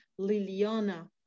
Liliana